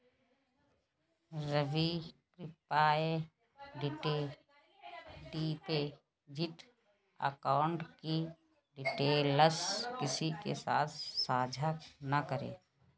रवि, कृप्या deposit account की details किसी के साथ सांझा न करें